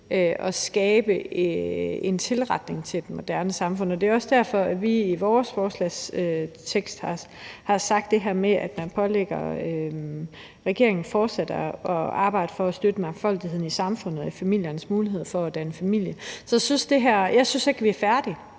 at skabe en tilretning til et moderne samfund? Det er også derfor, vi i vores vedtagelsestekst har sagt det her med, at man pålægger regeringen fortsat at arbejde for at støtte mangfoldigheden i samfundet og familiernes mulighed for at danne familie. Så jeg synes ikke, vi er færdige.